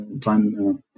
time